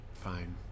Fine